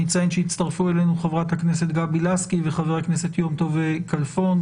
אציין שהצטרפו אלינו חברת הכנסת גבי לסקי וחבר הכנסת יום טוב חי כלפון,